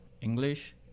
English